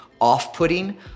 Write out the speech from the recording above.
off-putting